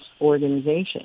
organization